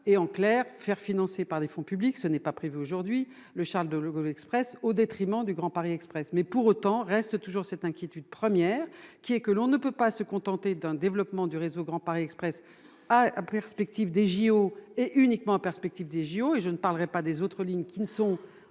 et en clair faire financer par des fonds publics, ce n'est pas prévue aujourd'hui le Charles-de-Gaulle Express au détriment du Grand Paris Express mais pour autant, reste toujours cette inquiétude premières qui est que l'on ne peut pas se contenter d'un développement du réseau Grand Paris Express à la perspective des JO et uniquement perspective des JO et je ne parlerai pas des autres lignes qui ne sont,